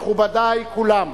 מכובדי כולם,